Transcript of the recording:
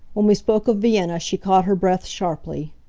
when we spoke of vienna she caught her breath sharply.